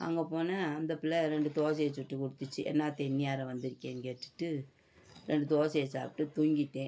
அங்கே போனால் அந்த பிள்ள ரெண்டு தோசையை சுட்டுக் கொடுத்துச்சி என்ன அத்த இந்நேரம் வந்திருக்கீங்கன்னு கேட்டுவிட்டு ரெண்டு தோசையை சாப்பிட்டுட்டு தூங்கிவிட்டேன்